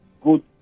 good